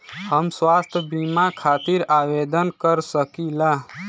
हम स्वास्थ्य बीमा खातिर आवेदन कर सकीला?